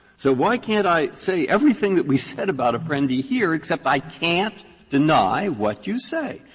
so why can't i say everything that we said about apprendi here, except i can't deny what you say,